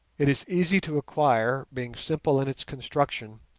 it is easy to acquire, being simple in its construction,